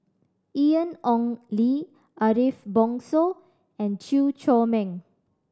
Ian Ong Li Ariff Bongso and Chew Chor Meng